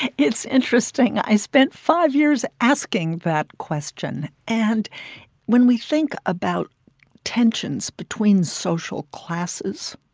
it's interesting. i spent five years asking that question, and when we think about tensions between social classes,